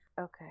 okay